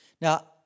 now